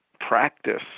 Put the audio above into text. practice